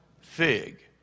fig